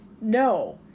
No